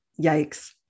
Yikes